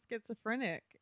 schizophrenic